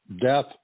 death